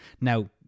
Now